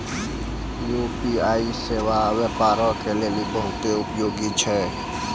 UPI सेबा व्यापारो के लेली बहुते उपयोगी छै